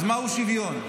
אז מהו שוויון?